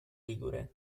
ligure